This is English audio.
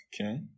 okay